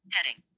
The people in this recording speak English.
Heading